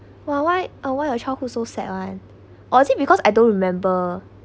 !wah! why ah why your childhood so sad [one] or is it because I don't remember